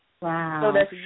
Wow